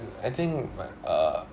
I think my uh